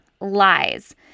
lies